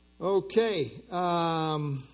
Okay